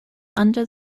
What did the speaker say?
under